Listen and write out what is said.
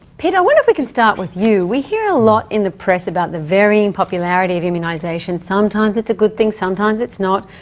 peter, i wonder if we can start with you. we hear a lot in the press about the varying popularity of immunisation sometimes it's a good thing, sometimes it's not.